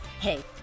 Hey